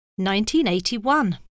1981